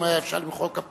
אם אפשר היה למחוא כפיים,